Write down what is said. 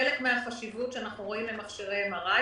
חלק מהחשיבות שאנחנו רואים למכשירי MRI,